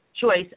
choice